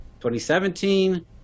2017